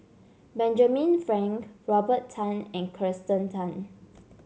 Benjamin Frank Robert Tan and Kirsten Tan